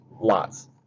lots